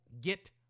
get